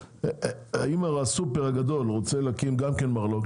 אם הסופר הגדול רוצה להקים גם כן מרלו"ג,